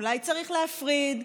אולי צריך להפריד?